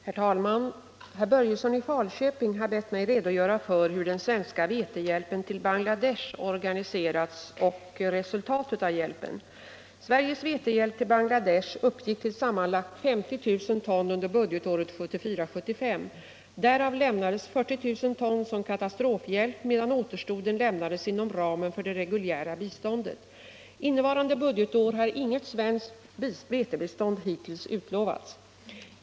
Herr talman! Herr Börjesson i Falköping har bett mig redogöra för hur den svenska vetehjälpen till Bangladesh organiserats och resultatet av hjälpen. Sveriges vetehjälp till Bangladesh uppgick till sammanlagt 50 000 ton under budgetåret 1974/75. Därav lämnades 40 000 ton som katastrofhjälp, medan återstoden lämnades inom ramen för det reguljära biståndet. Innevarande budgetår har inget svenskt vetebistånd hittills utlovats.